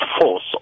force